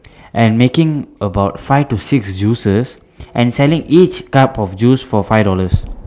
and making about five to six juices and selling each cup of juice for five dollars